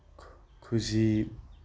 ꯈꯨꯖꯤ